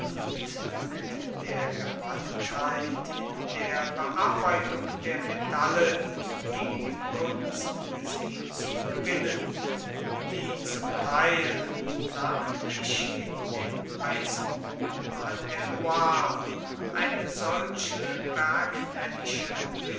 mit der gewandtheit in der bearbeitung der metalle ging die kunst sie zu gewinnen die zum teil namentlich in den eisengruben an der loire eine solche bergmännische